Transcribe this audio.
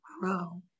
grow